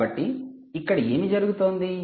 కాబట్టి ఇక్కడ ఏమి జరుగుతోంది